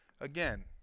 again